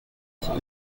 pour